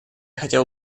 хотел